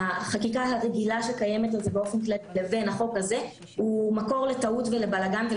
החקיקה הרגילה שקיימת באופן כללי לבין החוק הזה הוא מקור לטעות ולבלגן.